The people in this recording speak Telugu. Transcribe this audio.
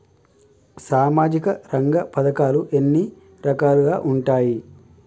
సామాజిక రంగ పథకాలు ఎన్ని రకాలుగా ఉంటాయి?